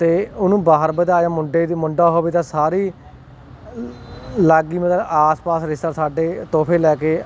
ਅਤੇ ਉਹਨੂੰ ਬਾਹਰ ਵਧਾਏ ਮੁੰਡੇ ਦੀ ਮੁੰਡਾ ਹੋਵੇ ਤਾਂ ਸਾਰੇ ਹੀ ਲਾਗੀ ਨੂੰ ਆਸ ਪਾਸ ਰਿਸ਼ਤੇਦਾਰ ਸਾਡੇ ਤੋਹਫੇ ਲੈ ਕੇ